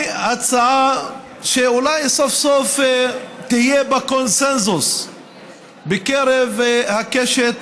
הצעה שאולי סוף-סוף יהיה בה קונסנזוס בקרב הקשת